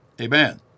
Amen